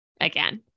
again